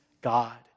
God